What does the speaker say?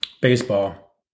baseball